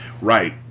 Right